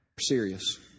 Serious